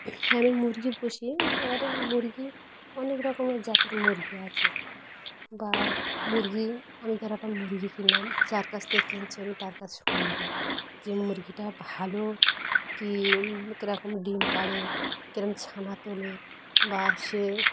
হ্যাঁ আমি মুরগি পুষি তারে মুরগি অনেক রকমের জাতির মুরগি আছে বা মুরগি আমি ধারো একটা মুরগি কিনলাম যার কাছ থেকে কিনছি আমি তার কাছে শুনবো যে মুরগিটা ভালো কি কীরকম ডিম পাড়ে কিরকম ছানা তোলে বা সে